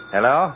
Hello